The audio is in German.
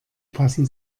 passen